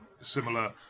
similar